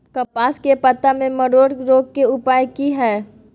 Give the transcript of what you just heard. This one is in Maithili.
कपास के पत्ता में मरोड़ रोग के उपाय की हय?